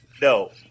no